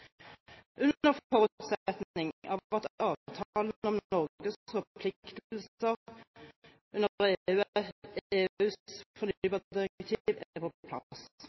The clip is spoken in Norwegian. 2020, under forutsetning av at avtalen om Norges forpliktelser under EUs fornybardirektiv er på